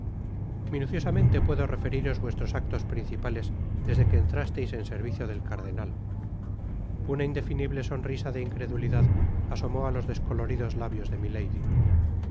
minuciosamente puedo referiros vuestros actos principales desde que entrasteis en servicio del cardenal una indefinible sonrisa de incredulidad asomó á los descoloridos labios de milady